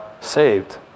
saved